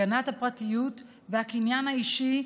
הגנת הפרטיות והקניין האישי,